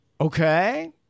Okay